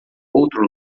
outro